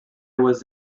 was